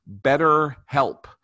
BetterHelp